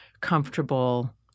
comfortable